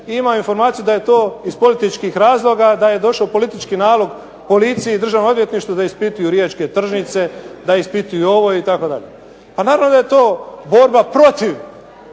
imam informaciju da je to iz političkih razloga, da je došao politički nalog policiji i državnom odvjetništvu da ispituju Riječke tržnice, da ispituju ovo itd. Pa naravno da je to borba protiv